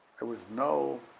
it was no,